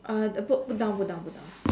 uh put put down put down put down